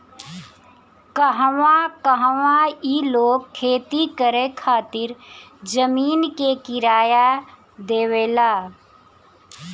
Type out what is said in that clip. कहवो कहवो ई लोग खेती करे खातिर जमीन के किराया देवेला